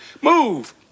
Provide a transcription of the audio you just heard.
Move